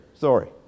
Sorry